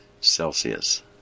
celsius